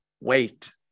Wait